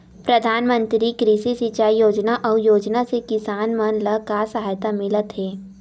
प्रधान मंतरी कृषि सिंचाई योजना अउ योजना से किसान मन ला का सहायता मिलत हे?